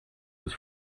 was